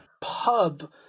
pub